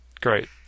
Great